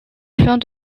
flanc